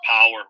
power